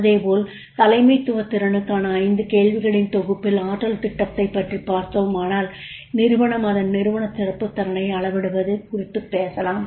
இதேபோல் தலைமைத்துவ திறனுக்கான 5 கேள்விகளின் தொகுப்பின் ஆற்றல் திட்டத்தைப் பற்றிப் பார்த்தோமானால் நிறுவனம் அதன் நிறுவன சிறப்புத் திறனை அளவிடுவது குறித்தும் பேசலாம்